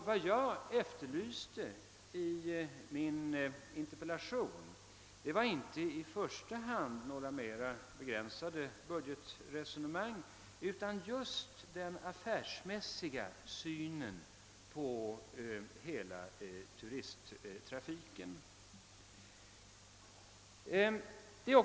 Vad jag efterlyste i min interpellation var inte i första hand några mer begränsade budgetresonemang utan just den affärsmässiga synen på hela turisttrafiken.